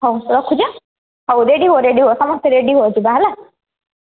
ହଉ ରଖୁଛି ହଉ ରେଡ଼ି ହୁଅ ରେଡ଼ି ହୁଅ ସମସ୍ତେ ରେଡ଼ି ରୁହ ଯିବା ହେଲା